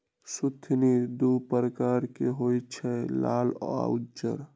सुथनि दू परकार के होई छै लाल आ उज्जर